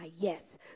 yes